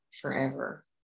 forever